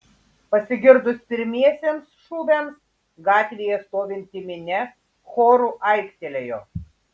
pasigirdus pirmiesiems šūviams gatvėje stovinti minia choru aiktelėjo